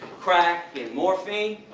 crack and morphine?